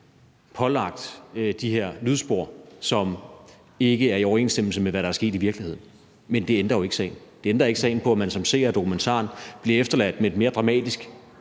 pålagt de her lydspor, som ikke er i overensstemmelse med, hvad der er sket i virkeligheden. Men det ændrer jo ikke sagen. Det ændrer ikke sagen, at man som seer af dokumentaren bliver efterladt med et mere dramatisk